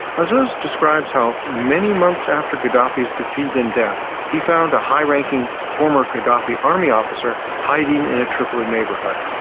azzuz describes how, many months after gaddafi's defeat and death, he found a high-ranking former gaddafi army officer hiding in a tripoli neighbourhood.